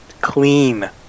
clean